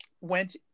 went